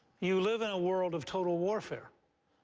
you live in a world of total warfare.